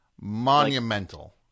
monumental